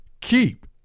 keep